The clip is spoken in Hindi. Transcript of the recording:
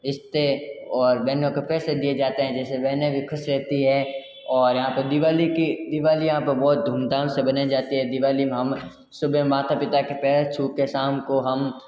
रिश्ते और बहनों के पैसे दिए जाते हैं जैसे बहनें भी खुश रहती है और यहाँ पे दिवाली की दिवाली यहाँ पर बहुत धूमधाम से बनाई जाती है दिवाली में हम सुबह माता पिता के पैर छू के शाम को हम